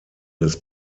des